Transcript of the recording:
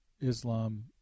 Islam